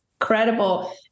incredible